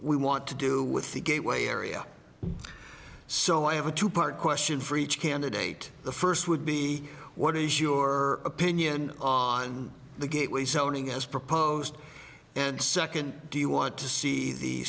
we want to do with the gateway area so i have a two part question for each candidate the first would be what is your opinion on the gateway zoning as proposed and second do you want to see the